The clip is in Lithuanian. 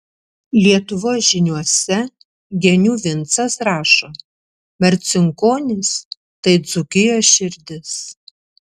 lietuvos žyniuose genių vincas rašo marcinkonys tai dzūkijos širdis